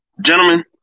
gentlemen